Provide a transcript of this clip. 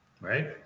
right